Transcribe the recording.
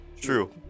True